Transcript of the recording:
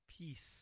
peace